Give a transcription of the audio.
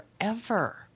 forever